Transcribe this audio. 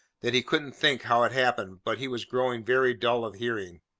that he couldn't think how it happened, but he was growing very dull of hearing.